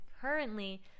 currently